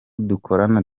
dukorana